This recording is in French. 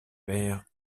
père